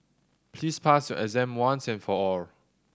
please pass your exam once and for all